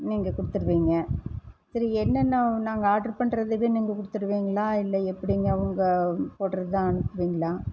நீங்கள் கொடுத்துருவீங்க சரி என்னென்ன நாங்கள் ஆர்ட்ரு பண்ணுறதுக்கு நீங்கள் கொடுத்துருவீங்களா இல்லை எப்படிங்க உங்கள் போடுவது தான் அனுப்புவீங்களா